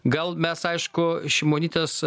gal mes aišku šimonytės